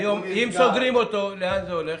אם היום סוגרים אותו, לאן זה הולך?